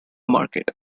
market